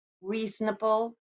reasonable